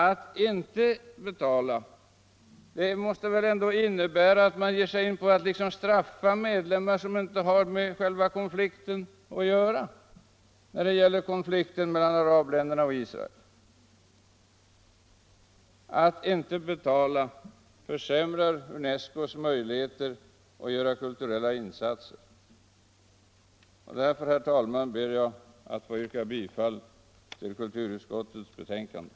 Att inte betala måste väl ändå innebära att man ”straffar” medlemmar som inte har med själva konflikten mellan arabländerna och Israel att göra. Att inte betala försämrar UNESCO:s möjligheter att göra kulturella insatser. Därför, herr talman, ber jag att få yrka bifall till vad kulturutskottet hemställer.